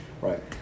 Right